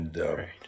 right